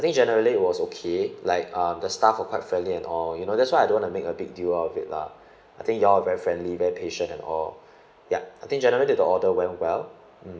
I think generally it was okay like um the staff were quite friendly and all you know that's why I don't want to make a big deal out of it lah I think you all very friendly very patient and all ya I think generally take the order very well